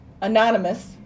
anonymous